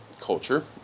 culture